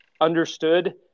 understood